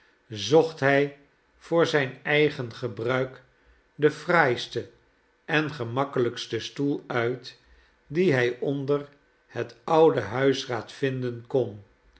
zocht hij voor zijn eigen gebruik den fraaisten en gemakkelijksten stoel uit dien hij onder het oude huisraad vinden kon